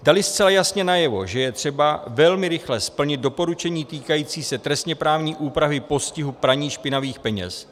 Dali zcela jasně najevo, že je třeba velmi rychle splnit doporučení týkající se trestněprávní úpravy praní špinavých peněz.